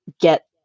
get